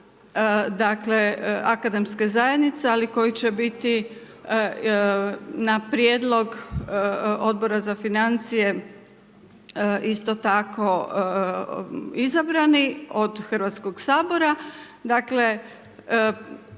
dakle, akademska zajednica ali koja će biti na prijedlog Odbora za financije isto tako izabrani od Hrvatskog sabora, dakle